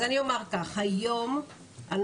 אז אני אומר כך: היום אנחנו,